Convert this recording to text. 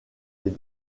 les